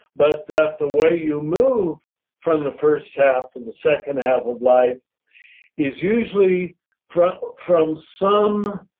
but that the way you move from the first half to the second half of life is usually from from some